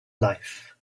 life